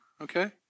okay